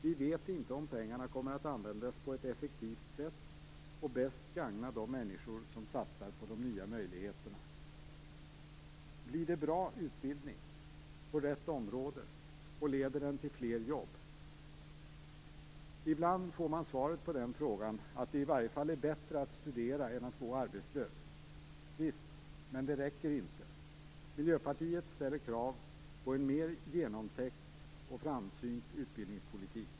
Vi vet inte om pengarna kommer att användas på ett effektivt sätt och bäst gagna de människor som satsar på de nya möjligheterna. Blir det bra utbildning på rätt område, och leder den till fler jobb? Ibland får man som svar på den frågan att det i varje fall är bättre att studera än att gå arbetslös. Visst, men det räcker inte. Miljöpartiet ställer krav på en mer genomtänkt och framsynt utbildningspolitik.